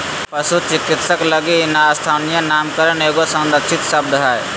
पशु चिकित्सक लगी स्थानीय नामकरण एगो संरक्षित शब्द हइ